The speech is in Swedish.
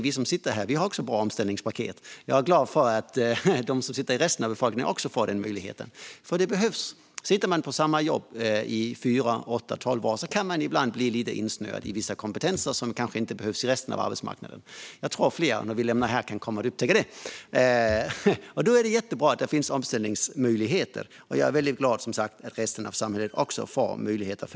Vi som sitter här har bra omställningspaket. Jag är glad för att resten av befolkningen också får den möjligheten, för det behövs. Sitter man på samma jobb i fyra, åtta eller tolv år kan man ibland bli lite insnöad i vissa kompetenser som kanske inte behövs på resten av arbetsmarknaden. Jag tror att flera av oss kan komma att upptäcka det när vi lämnar riksdagen. Då är det jättebra att det finns omställningsmöjligheter. Jag är som sagt väldigt glad att resten av samhället nu också får dessa möjligheter.